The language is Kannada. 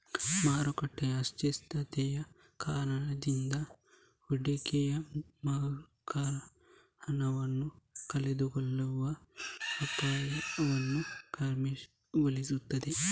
ಮಾರುಕಟ್ಟೆಯ ಅನಿಶ್ಚಿತತೆಯ ಕಾರಣದಿಂದಾಗಿ ಹೂಡಿಕೆಯ ಮೂಲಕ ಹಣವನ್ನ ಕಳೆದುಕೊಳ್ಳುವ ಅಪಾಯವನ್ನ ಕಮ್ಮಿಗೊಳಿಸ್ತದೆ